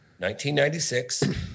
1996